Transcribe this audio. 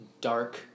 dark